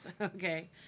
Okay